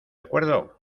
acuerdo